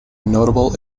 notable